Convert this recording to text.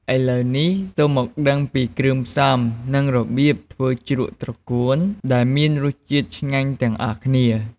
ឥឡូវនេះ សូមមកដឹងពីគ្រឿងផ្សំ និងរបៀបធ្វើជ្រក់ត្រកួនដែលមានរសជាតិឆ្ងាញ់ទាំងអស់គ្នា។